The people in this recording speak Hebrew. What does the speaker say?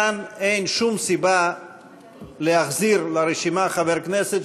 כאן אין שום סיבה להחזיר לרשימה חבר כנסת